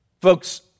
Folks